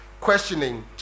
questioning